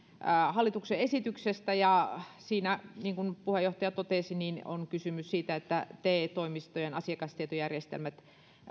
hallituksen esityksestä ja siinä niin kuin puheenjohtaja totesi on kysymys siitä että te toimistojen asiakastietojärjestelmät